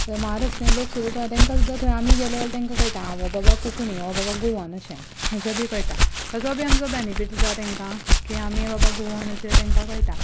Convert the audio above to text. म्हाराष्ट्रीयन लोक सुद्दां तेंका सुद्दां थंय आमी गेल्यार तेंका कळटा आं हो बाबा कोंकणी हो बाबा गोवन अशें अशें बी कळटा ताचो बी आमचो बेनिफीट आसा तेंका की आमी बाबा गोवन अशें तेंका कळटा